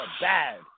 bad